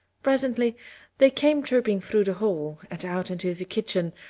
presently they came trooping through the hall and out into the kitchen,